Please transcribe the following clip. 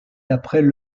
d’après